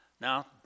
Now